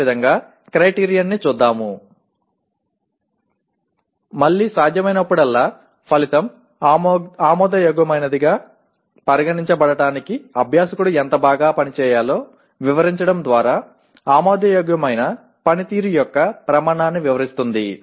అదేవిధంగా క్రైటీరియన్ ని చూద్దాము మళ్ళీ సాధ్యమైనప్పుడల్లా ఫలితం ఆమోదయోగ్యమైనదిగా పరిగణించబడటానికి అభ్యాసకుడు ఎంత బాగా పని చేయాలో వివరించడం ద్వారా ఆమోదయోగ్యమైన పనితీరు యొక్క ప్రమాణాన్ని వివరిస్తుంది